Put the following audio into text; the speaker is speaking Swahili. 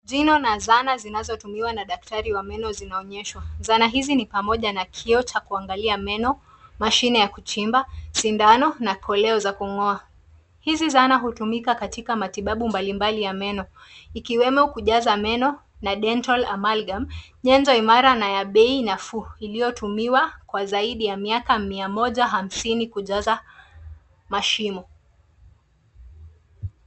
Jina na zana zinazotumiwa na daktari wa meno zinaonyeshwa. Zana hizi ni pamoja na kioo cha kuangalia meno, mashine ya kuchimba, sindano na koleo za kung'oa. Hizi zana hutumika katika matibabu mbali mbali ya meno, ikiwemo: kujaza meno na dental amalgam , nyenzo imara na ya bei nafuu, iliyotumiwa kwa zaidi ya miaka mia moja hamsini kujaza mashimo.